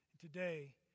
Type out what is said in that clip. Today